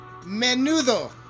Menudo